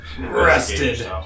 rested